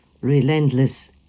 relentless